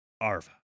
Arva